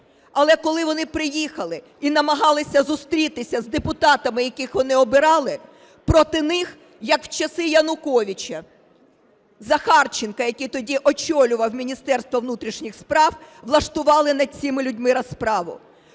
Але, коли вони приїхали і намагалися зустрітися з депутатами, яких вони обирали, проти них, як в часи Януковича, Захарченка, який тоді очолював Міністерство внутрішніх справ, влаштували над цими людьми розправу.